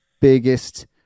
biggest